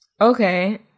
Okay